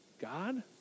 God